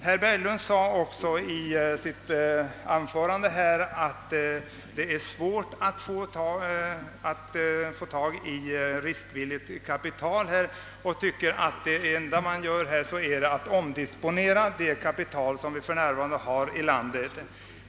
Herr Berglund sade också i sitt anförande, att det är svårt att skaffa riskvilligt kapital, och ansåg, att det enda man gör är att omdisponera det kapital som för närvarande finns i landet.